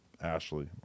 Ashley